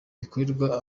bikorerwa